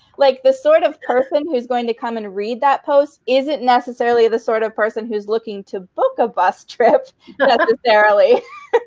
like the sort of person who's going to come and read that post isn't necessarily the sort of person who's looking to book a bus trip necessarily.